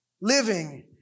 living